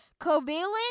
covalent